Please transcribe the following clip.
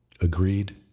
agreed